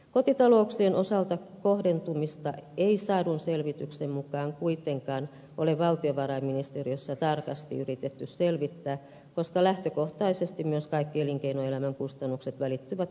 kotitalouksien osalta kohdentumista ei saadun selvityksen mukaan kuitenkaan ole valtiovarainministeriössä tarkasti yritetty selvittää koska lähtökohtaisesti myös kaikki elinkeinoelämän kustannukset välittyvät kuluttajien maksettavaksi